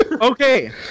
Okay